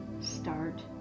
start